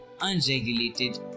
unregulated